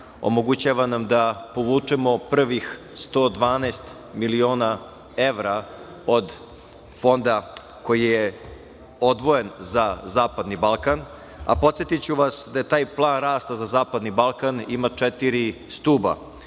omogućava nam da povučemo prvih 112 miliona evra od fonda koji je odvojen za Zapadni Balkan, a podsetiću vas da je taj plan rasta za Zapadni Balkan ima četiri stuba.